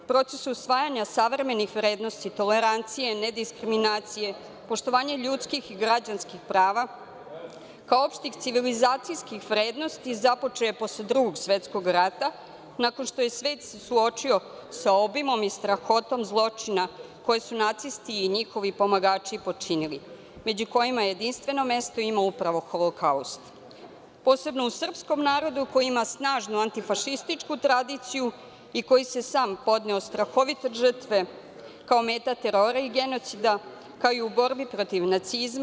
Proces usvajanja savremenih vrednosti, tolerancije, nediskriminacije, poštovanje ljudskih i građanskih prava, kao i opštih civilizacijskih vrednosti započeo je posle Drugog svetskog rata nakon što se svet suočio sa obimom i strahotom zločina koje su nacisti i njihovi pomagači počinili, među kojima jedinstveno mesto ima upravo Holokaust, posebno u srpskom narodu koji ima snažnu antifašističku tradiciju i koji je i sam podneo strahovite žrtve kao meta terora i genocida, kao i u borbi protiv nacizma.